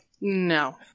No